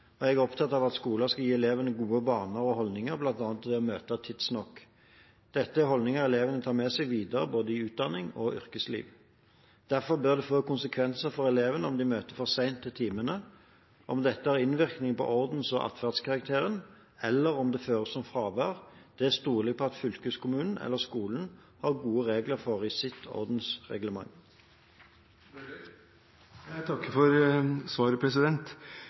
Jeg er opptatt av at skolen skal gi elevene gode vaner og holdninger, bl.a. å møte tidsnok. Dette er holdninger elevene tar med seg videre i både utdanning og yrkesliv. Derfor bør det få konsekvenser for elevene om de møter for sent til timene. Om dette får innvirkning på ordens- og atferdskarakteren, eller om det føres som fravær – det stoler jeg på at fylkeskommunene eller skolene har gode regler for i sitt ordensreglement. Jeg takker for svaret.